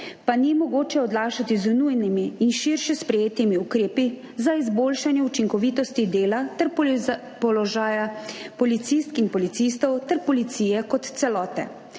pa ni mogoče odlašati z nujnimi in širše sprejetimi ukrepi za izboljšanje učinkovitosti dela ter položaja policistk in policistov ter policije kot celote,